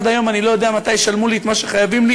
עד היום אני לא יודע מתי ישלמו לי את מה שחייבים לי